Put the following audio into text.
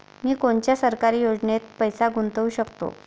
मी कोनच्या सरकारी योजनेत पैसा गुतवू शकतो?